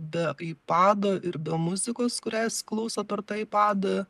be ipado ir be muzikos kurią jis klauso per tą ipadą